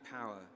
power